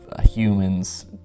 humans